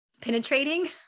penetrating